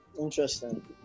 interesting